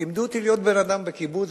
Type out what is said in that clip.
לימדו אותי להיות בן-אדם בקיבוץ,